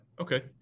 Okay